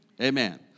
Amen